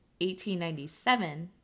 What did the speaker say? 1897